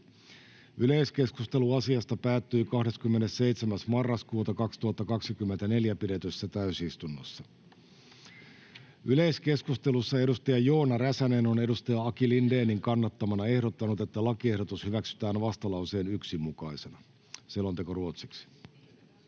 Yleiskeskustelu asiasta päättyi 27.11.2024 pidetyssä täysistunnossa. Yleiskeskustelussa edustaja Joona Räsänen on edustaja Aki Lindénin kannattamana ehdottanut, että lakiehdotus hyväksytään vastalauseen 1 mukaisena. — Selonteko ruotsiksi.